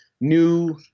new